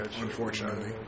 unfortunately